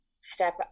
step